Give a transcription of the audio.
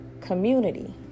community